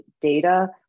data